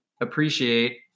appreciate